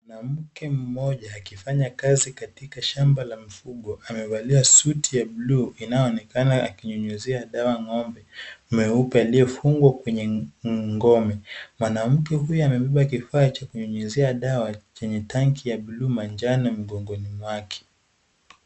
Mwanamke mmoja, akifanya kazi katika shamba la mifugo, Amevalia suti ya blue inayoonekana , akinyunyuzia dawa ng'ombe mweupe aliyefungwa kwenye ngome. Mwanamke huyu amebeba kifaa cha kunyunyuzia dawa chenye tangi ya blue , manjano mgongoni mwake.